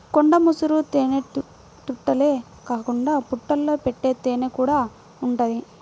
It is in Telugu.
కొండ ముసురు తేనెతుట్టెలే కాకుండా పుట్టల్లో పెట్టే తేనెకూడా ఉంటది